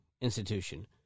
institution